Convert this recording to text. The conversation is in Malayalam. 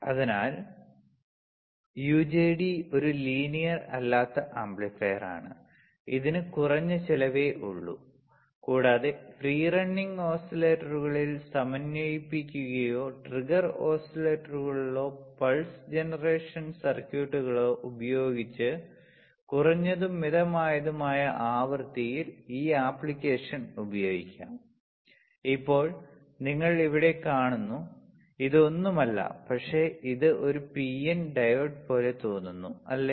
അതിനാൽ യുജെടി ഒരു ലീനിയർ അല്ലാത്ത ആംപ്ലിഫയറാണ് ഇതിന് കുറഞ്ഞ ചിലവേ ഉള്ളൂ കൂടാതെ ഫ്രീ റണ്ണിംഗ് ഓസിലേറ്ററുകളിൽ സമന്വയിപ്പിക്കുകയോ ട്രിഗർ ഓസിലേറ്ററുകളോ പൾസ് ജനറേഷൻ സർക്യൂട്ടുകളോ ഉപയോഗിച്ച് കുറഞ്ഞതും മിതമായതുമായ ആവൃത്തികളിൽ ഈ അപ്ലിക്കേഷൻ ഉപയോഗിക്കാം ഇപ്പോൾ നിങ്ങൾ ഇവിടെ കാണുന്നു ഇത് ഒന്നുമില്ല പക്ഷേ ഇത് ഒരു പിഎൻ ഡയോഡ് പോലെ തോന്നുന്നു അല്ലേ